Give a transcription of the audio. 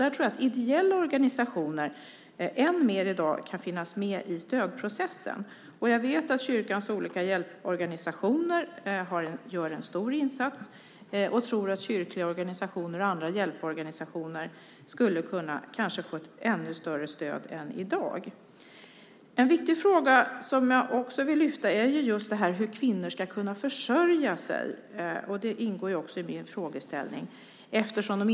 Där tror jag att ideella organisationer än mer än i dag kan finnas med i stödprocessen. Jag vet att kyrkans olika hjälporganisationer gör en stor insats. Jag tror att kyrkliga organisationer och andra hjälporganisationer kanske skulle kunna få ett ännu större stöd än i dag. En viktig fråga som jag också vill lyfta upp är detta hur kvinnor ska försörja sig, eftersom de inte vågar gå ut på fälten för att hämta mat.